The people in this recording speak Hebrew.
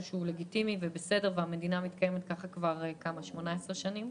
לגיטימי והמדינה מתקיימת כך כבר 18 שנים.